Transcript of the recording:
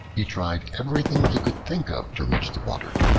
he tried everything he could think of to reach the water,